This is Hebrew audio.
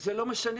זה לא משנה.